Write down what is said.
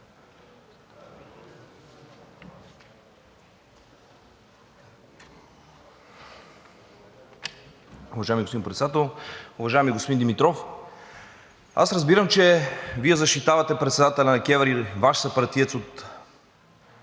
Уважаеми господин Председател! Уважаеми господин Димитров, разбирам, че Вие защитавате председателя на КЕВР и Вашия съпартиец от